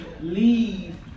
leave